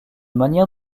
manière